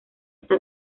está